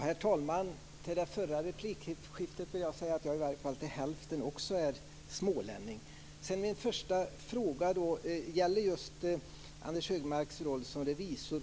Herr talman! Till det förra replikskiftet vill jag säga att jag i varje fall till hälften är smålänning. Min första fråga gäller just Anders G Högmarks roll som revisor.